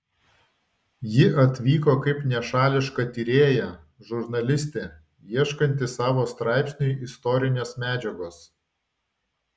ji atvyko kaip nešališka tyrėja žurnalistė ieškanti savo straipsniui istorinės medžiagos